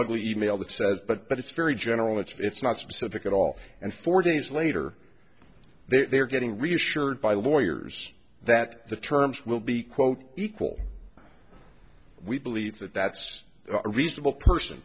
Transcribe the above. ugly e mail that says but but it's very general it's not specific at all and four days later they're getting reassured by lawyers that the terms will be quote equal we believe that that's a reasonable person